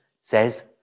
says